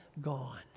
gone